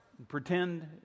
pretend